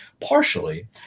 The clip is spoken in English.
partially